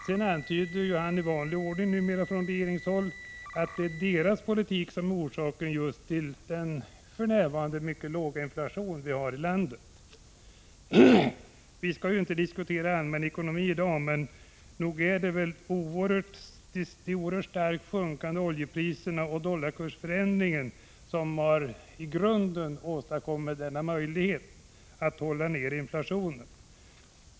Sedan antyder han, som man numera gör från regeringshåll, att det är socialdemokraternas politik som är orsak till vår för närvarande mycket låga inflation. Vi skall inte diskutera allmän ekonomi i dag, men nog är det de oerhört starkt sjunkande oljepriserna och dollarkursförändringen som har åstadkommit denna möjlighet att hålla nere inflationen.